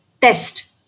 test